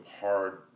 hard